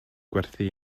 gwerthu